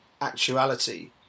actuality